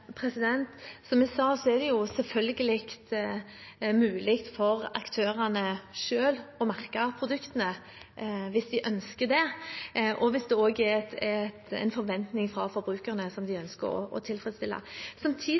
Som jeg sa, er det selvfølgelig mulig for aktørene selv å merke produktene hvis de ønsker det, og hvis det også er en forventning fra forbrukerne som de ønsker å tilfredsstille. Samtidig